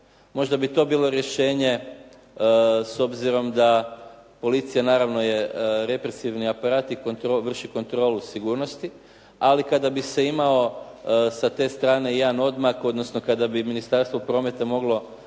Možda bi to bilo rješenje s obzirom da policija naravno je represivni aparat i vrši kontrolu sigurnosti, ali kada bi se imao sa te strane jedan odmak, odnosno kada bi Ministarstvo prometa sa